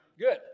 good